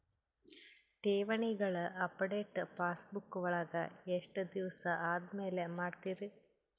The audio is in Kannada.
ಠೇವಣಿಗಳ ಅಪಡೆಟ ಪಾಸ್ಬುಕ್ ವಳಗ ಎಷ್ಟ ದಿವಸ ಆದಮೇಲೆ ಮಾಡ್ತಿರ್?